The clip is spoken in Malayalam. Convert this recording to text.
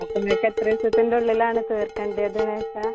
അപ്പം നിങ്ങൾക്ക് എത്ര ദിസത്തിൻ്റെ ഉള്ളിലാണ് തീർക്കേണ്ടത് എന്നുവെച്ചാൽ